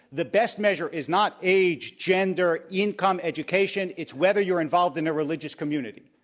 the best measure is not age, gender, income, education. it's whether you're involved in a religious community.